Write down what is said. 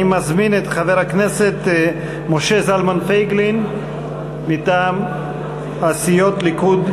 אני מזמין את חבר הכנסת משה זלמן פייגלין מטעם הסיעות הליכוד,